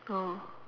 oh